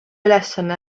ülesanne